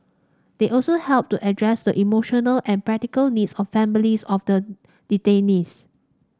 they also helped to address the emotional and practical needs of families of the detainees